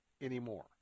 anymore